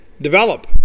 develop